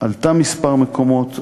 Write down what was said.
עלתה כמה מקומות.